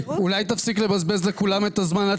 אולי תפסיק לבזבז לכולם את הזמן עד